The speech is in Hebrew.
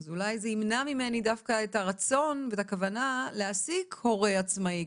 אז אולי זה ימנע ממני דווקא את הרצון ואת הכוונה להעסיק הורה עצמאי.